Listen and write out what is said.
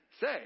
say